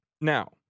Now